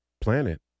planet